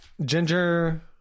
Ginger